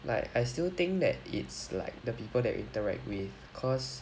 like I still think that it's like the people that interact with cause